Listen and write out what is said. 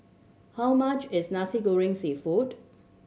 how much is Nasi Goreng Seafood